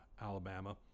Alabama